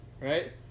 right